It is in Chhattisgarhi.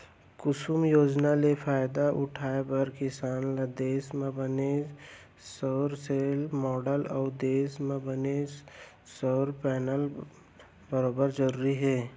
कुसुम योजना ले फायदा उठाए बर किसान ल देस म बने सउर सेल, माँडलर अउ देस म बने सउर पैनल बउरना जरूरी हे